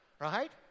right